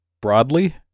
broadly